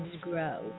grow